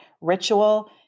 ritual